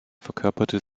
verkörperte